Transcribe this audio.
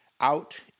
out